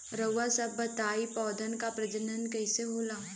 रउआ सभ बताई पौधन क प्रजनन कईसे होला?